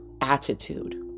attitude